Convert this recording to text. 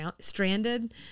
stranded